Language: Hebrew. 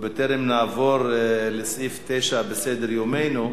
בטרם נעבור לסעיף 9 בסדר-יומנו,